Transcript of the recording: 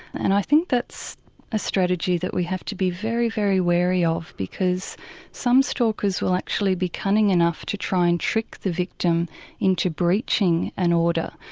and i think that's a strategy that we have to be very, very wary of because some stalkers will actually be cunning enough to try and trick the victim into breaching an order,